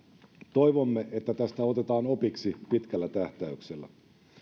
toivomme että tästä otetaan opiksi pitkällä tähtäyksellä